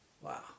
Wow